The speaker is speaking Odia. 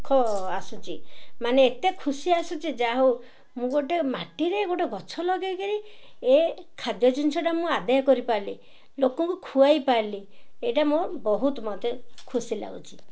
ସୁଖ ଆସୁଛି ମାନେ ଏତେ ଖୁସି ଆସୁଛି ଯାହା ହଉ ମୁଁ ଗୋଟେ ମାଟିରେ ଗୋଟେ ଗଛ ଲଗେଇକିରି ଏ ଖାଦ୍ୟ ଜିନିଷଟା ମୁଁ ଆଦାୟ କରିପାରିଲି ଲୋକଙ୍କୁ ଖୁଆଇ ପାରିଲି ଏଇଟା ମୁଁ ବହୁତ ମୋତେ ଖୁସି ଲାଗୁଛି